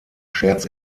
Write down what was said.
scherz